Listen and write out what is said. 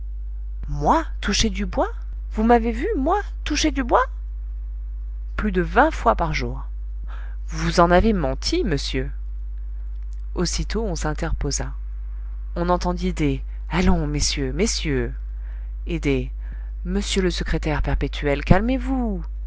moi toucher du bois vous m'avez vu moi toucher du bois plus de vingt fois par jour vous en avez menti monsieur aussitôt on s'interposa on entendit des allons messieurs messieurs et des monsieur le secrétaire perpétuel calmez-vous